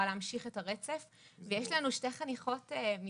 להמשיך את הרצף ויש לנו כאן שתי חניכות משדרות,